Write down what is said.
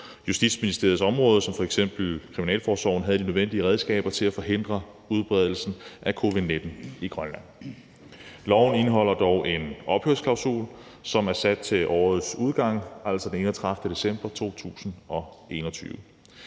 Justitsministeriets område som f.eks. kriminalforsorgen havde de nødvendige redskaber til at forhindre udbredelsen af covid-19 i Grønland. Loven indeholder dog en ophørsklausul, som er sat til årets udgang, altså den 31. december i 2021.